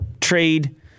trade